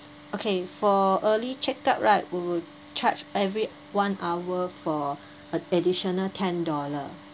okay for early check out right we would charge every one hour for an additional ten dollar